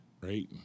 Right